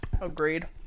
agreed